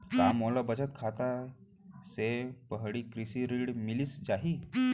का मोला बचत खाता से पड़ही कृषि ऋण मिलिस जाही?